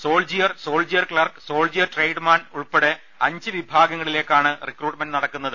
soldier soldier clerk soldier tradesman ഉൾപെടെ അഞ്ച് വിഭാഗങ്ങളിലേക്കാണ് റിക്രൂട്ട്മെന്റ് നടക്കുന്നത്